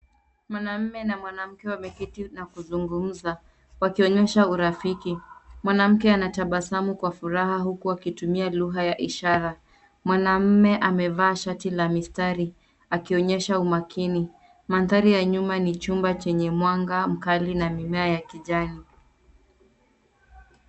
Mwanaume na mwanamke wameketi na kuzungumza wakionyesha urafiki. Mwanamke anatabasamu kwa furaha huku akitumia lugha ya ishara. Mwanaume amevaa shati la mistari akionyesha umakini. Mandhari ya nyuma ni chumba chenye mwanga mkali na mimea ya kijani.